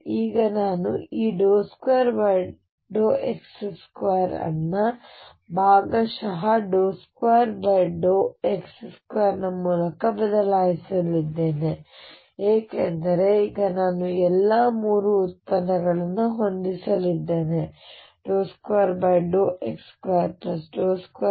ಈಗ ನಾನು ಈ d2dx2 ಅನ್ನು ಭಾಗಶಃ 2x2 ಮೂಲಕ ಬದಲಾಯಿಸಲಿದ್ದೇನೆ ಏಕೆಂದರೆ ಈಗ ನಾನು ಎಲ್ಲಾ ಮೂರು ಉತ್ಪನ್ನಗಳನ್ನು ಹೊಂದಲಿದ್ದೇನೆ 2x22y22z2